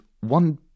one